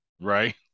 right